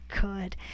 good